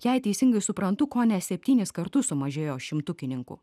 jei teisingai suprantu kone septynis kartus sumažėjo šimtukininkų